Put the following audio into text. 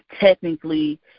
technically